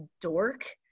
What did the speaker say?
dork